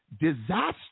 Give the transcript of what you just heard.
disaster